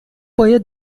باید